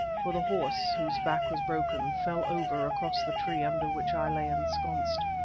for the horse, whose back was broken, fell over across the tree under which i lay ensconced.